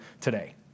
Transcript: today